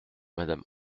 madame